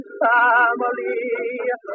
family